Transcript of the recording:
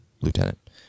lieutenant